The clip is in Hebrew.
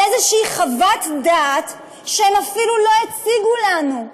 על איזו חוות דעת שהם אפילו לא הציגו לנו.